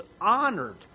honored